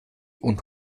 und